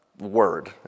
word